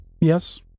yes